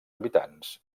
habitants